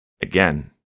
Again